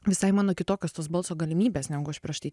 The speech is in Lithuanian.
visai mano kitokios tos balso galimybės negu aš prieš tai